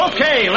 Okay